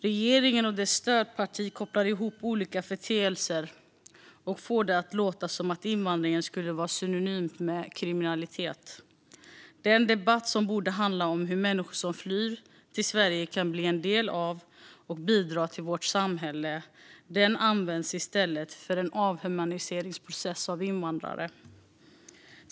Regeringen och dess stödparti kopplar ihop olika företeelser och får det att låta som att invandring skulle vara synonymt med kriminalitet. Den debatt som borde handla om hur människor som flyr till Sverige kan bli en del av och bidra till vårt samhälle används i stället som ett led i en process för att avhumanisera invandrare.